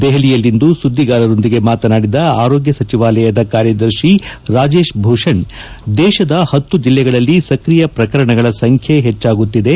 ದೆಹಲಿಯಲ್ಲಿಂದು ಸುಧಿಗಾರರೊಂದಿಗೆ ಮಾತನಾಡಿದ ಆರೋಗ್ತ ಸಚಿವಾಲಯದ ಕಾರ್ಯದರ್ತಿ ರಾಜೇಶ್ ಭೂಷಣ್ ದೇಶದ ಹತ್ತು ಜಿಲ್ಲೆಗಳಲ್ಲಿ ಸಕ್ರಿಯ ಪ್ರಕರಣಗಳ ಸಂಬ್ಲೆ ಹೆಚ್ಲಾಗುತ್ತಿದೆ